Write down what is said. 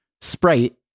Sprite